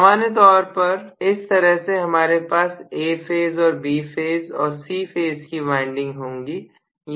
सामान्य तौर पर इस तरह से हमारे पास A फेज और B फेज और C फेज की वाइंडिंग होंगी